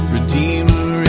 Redeemer